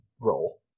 roll